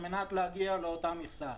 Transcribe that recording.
על מנת להגיע לאותה מכסה.